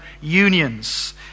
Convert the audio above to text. unions